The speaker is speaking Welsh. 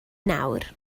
nawr